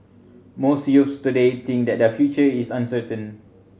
most youths today think that their future is uncertain